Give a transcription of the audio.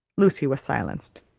lucy was silenced.